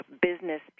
business